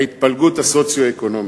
ההתפלגות הסוציו-אקונומית,